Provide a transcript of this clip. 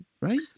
right